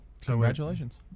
Congratulations